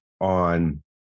on